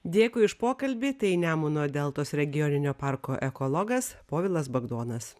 dėkui už pokalbį tai nemuno deltos regioninio parko ekologas povilas bagdonas